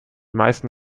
meisten